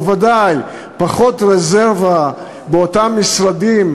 ובוודאי פחות רזרבה באותם משרדים,